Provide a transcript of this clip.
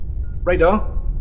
radar